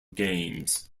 games